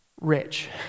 rich